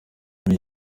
buri